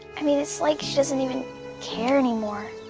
i mean it's like she doesn't even care anymore.